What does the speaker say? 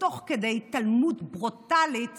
תוך התעלמות ברוטלית